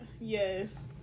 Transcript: Yes